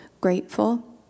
grateful